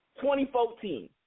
2014